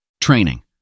Training